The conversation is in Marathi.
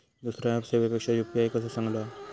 दुसरो ऍप सेवेपेक्षा यू.पी.आय कसो चांगलो हा?